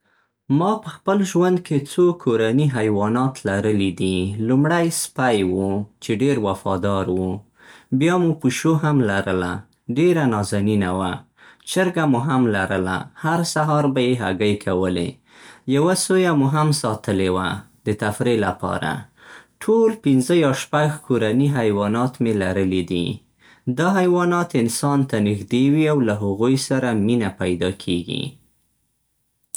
ما په خپل ژوند کې څو کورني حیوانات لرلي دي. لومړی سپی و، چې ډېر وفادار و. بیا مو پیشو هم لرله، ډېره نازنينه وه. چرګه مو هم لرله، هر سهار به یې هګۍ کولې. یوه سويه مو هم ساتلې وه، د تفریح لپاره. ټول پنځه یا شپږ کورني حیوانات مې لرلي دي. دا حیوانات انسان ته نږدې وي او له هغوی سره مینه پیدا کېږي.